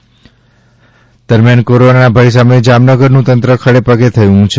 corona કોરોનાના ભય સામે જામનગર નું તંત્ર ખડેપગે થયું છે